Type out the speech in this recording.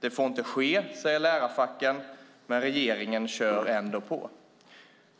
Det får inte ske, säger lärarfacken. Regeringen kör ändå på.